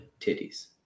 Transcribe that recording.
titties